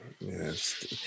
Yes